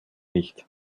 nicht